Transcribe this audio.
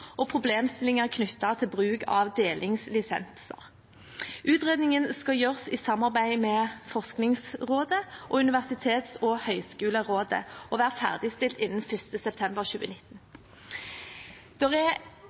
og problemstillinger knyttet til bruk av delingslisenser. Utredningen skal gjøres i samarbeid med Forskningsrådet og Universitets- og høgskolerådet og være ferdigstilt innen 1. september 2019. Det er